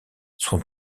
son